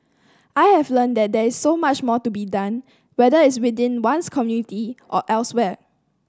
I have learnt that there is so much more to be done whether it is within one's community or elsewhere